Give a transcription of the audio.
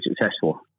successful